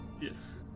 Yes